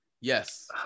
yes